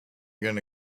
gonna